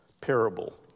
parable